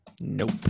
nope